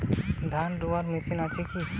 ধান রোয়ার মেশিন আছে কি?